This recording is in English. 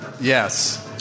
Yes